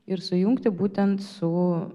ir sujungti būtent su